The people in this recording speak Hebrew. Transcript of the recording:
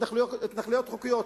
התנחלויות חוקיות,